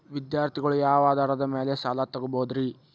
ವಿದ್ಯಾರ್ಥಿಗಳು ಯಾವ ಆಧಾರದ ಮ್ಯಾಲ ಸಾಲ ತಗೋಬೋದ್ರಿ?